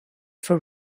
for